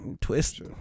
Twist